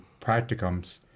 practicums